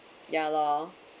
ya lor